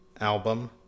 album